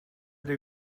they